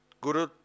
guru